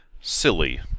silly